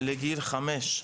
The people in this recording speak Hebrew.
לגיל חמש.